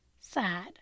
sad